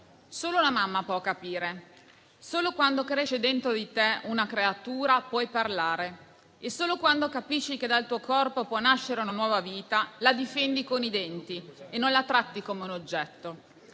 solo la mamma può capire, solo quando cresce dentro di te una creatura puoi parlare e solo quando capisci che dal tuo corpo può nascere una nuova vita, la difendi con i denti e non la tratti come un oggetto.